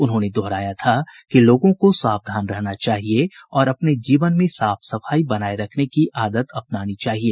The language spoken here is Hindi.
उन्होंने दोहराया था कि लोगों को सावधान रहना चाहिए और अपने जीवन में साफ सफाई बनाए रखने की आदत अपनानी चाहिए